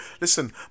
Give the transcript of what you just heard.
listen